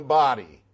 body